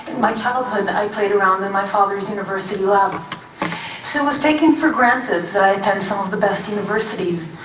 my childhood, i played around in my father's university lab. so it was taken for granted i attend some of the best universities,